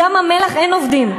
ים-המלח, אין עובדים.